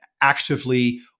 actively